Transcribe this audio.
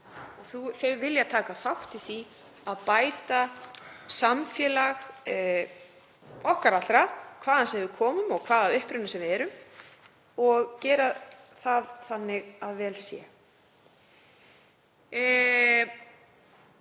þjónustuna, taka þátt í því að bæta samfélag okkar allra, hvaðan sem við komum og af hvaða uppruna sem við erum og gera það þannig að vel sé.